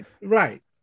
Right